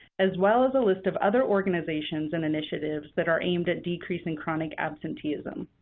as well as the list of other organizations and initiatives that are aimed at decreasing chronic absenteeism.